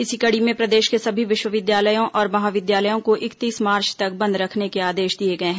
इसी कड़ी में प्रदेश के सभी विश्वविद्यालयों और महाविद्यालयों को इकतीस मार्च तक बंद रखने के आदेश दिए गए हैं